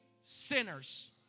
sinners